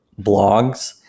Blogs